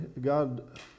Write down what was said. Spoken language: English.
god